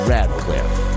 Radcliffe